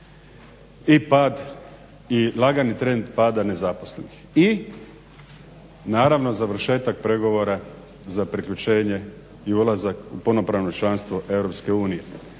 i lagani trend pada nezaposlenih i naravno završetak pregovora za priključenje i ulazak u punopravno članstvo EU.